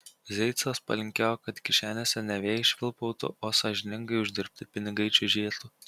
zeicas palinkėjo kad kišenėse ne vėjai švilpautų o sąžiningai uždirbti pinigai čiužėtų